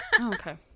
Okay